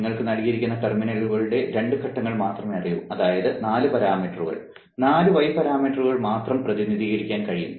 നിങ്ങൾക്ക് നൽകിയിരിക്കുന്ന ടെർമിനലുകളുടെ രണ്ട് ഘട്ടങ്ങൾ മാത്രമേ അറിയൂ അതായത് നാല് പാരാമീറ്ററുകൾ നാല് y പാരാമീറ്ററുകൾ മാത്രം പ്രതിനിധീകരിക്കാൻ കഴിയും